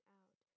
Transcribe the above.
out